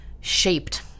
shaped